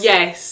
Yes